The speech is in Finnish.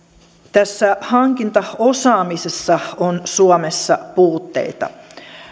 tässä hankintaosaamisessa on suomessa puutteita